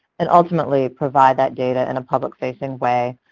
and ultimately provide that data in a public-facing way,